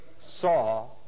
saw